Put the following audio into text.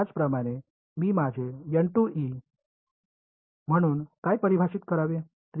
त्याचप्रमाणे मी माझे म्हणून काय परिभाषित करावे